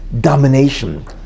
domination